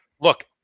Look